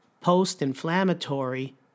post-inflammatory